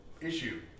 Issue